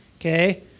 Okay